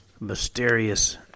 mysterious